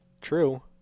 True